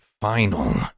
Final